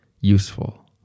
useful